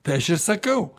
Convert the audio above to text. tai aš ir sakau